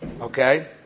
okay